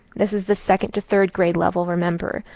this is the second to third grade level, remember.